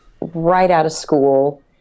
right-out-of-school